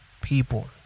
people